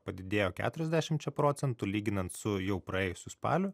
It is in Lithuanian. padidėjo keturiasdešimčia procentų lyginant su jau praėjusiu spaliu